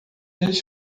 eles